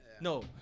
No